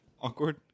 Awkward